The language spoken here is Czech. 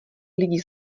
lidi